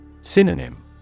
Synonym